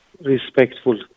respectful